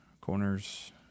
corners